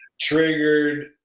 Triggered